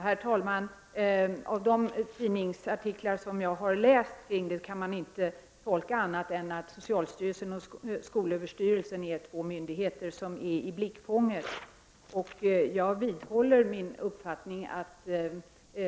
Herr talman! Av de tidningsartiklar som jag har läst kan man inte utläsa annat än att socialstyrelsen och skolöverstyrelsen är två myndigheter som är i blickfånget i det här sammanhanget. Jag vidhåller min uppfattning att